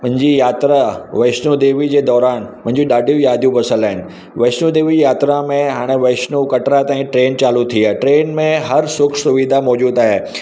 मुंहिंजी यात्रा वैष्णो देवी जे दौरान मुंहिंजी ॾाढियूं यादियूं वसियल आहिनि वैष्णो देवी यात्रा में हाणे वैष्णो कटरा ताईं ट्रेन चालू थी आहे ट्रेन में हर सुखु सुविधा मौजूदु आहे